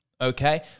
okay